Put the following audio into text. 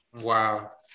Wow